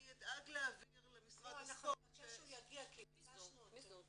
אני אדאג להעביר למשרד הספורט --- נבקש שהוא יגיע כי ביקשנו אותו.